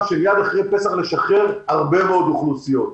שמיד אחרי פסח נוכל לשחרר הרבה מאוד אוכלוסיות.